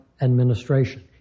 administration